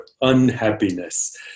unhappiness